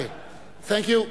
Ok. Thank you.